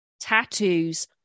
tattoos